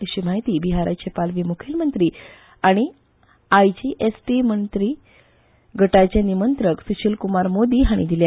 अध्यी म्हायती बिहाराचे पालवी मुखेलमंत्री आनी आय जी एस टी मंत्री गटाचे निमंत्रक सुशीलकुमार मोदी हांणी दिल्या